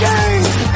game